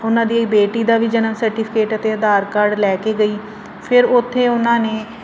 ਉਹਨਾਂ ਦੀ ਬੇਟੀ ਦਾ ਵੀ ਜਨਮ ਸਰਟੀਫਿਕੇਟ ਅਤੇ ਆਧਾਰ ਕਾਰਡ ਲੈ ਕੇ ਗਈ ਫਿਰ ਉੱਥੇ ਉਹਨਾਂ ਨੇ